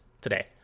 today